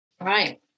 Right